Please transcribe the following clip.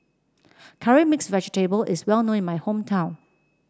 Curry Mixed Vegetable is well known in my hometown